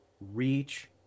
Reach